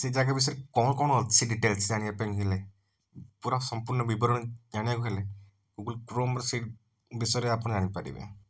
ସେ ଜାଗା ବିଷୟରେ କ'ଣ କ'ଣ ଅଛି ଡିଟେଲ୍ସ ଜାଣିବା ପାଇଁ ହେଲେ ପୁରା ସମ୍ପୂର୍ଣ୍ଣ ବିବରଣୀ ଜାଣିବାକୁ ହେଲେ ଗୁଗଲ କ୍ରୋମ୍ ର ସେ ବିଷୟରେ ଆପଣ ଜାଣି ପାରିବେ